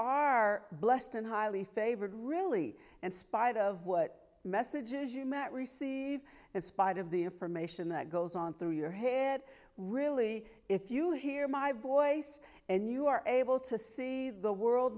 are blessed and highly favored really and spite of what messages you met receive and spite of the information that goes on through your head really if you hear my voice and you are able to see the world